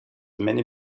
many